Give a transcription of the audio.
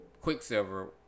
Quicksilver